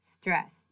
stress